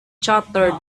chattered